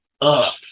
up